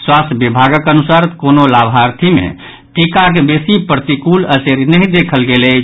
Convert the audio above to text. स्वास्थ्य विभागक अनुसार कोनो लाभार्थी मे टीकाक बेसी प्रतिकूल असरि नहि देखल गेल अछि